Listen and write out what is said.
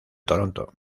toronto